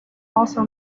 also